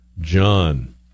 John